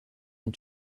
ont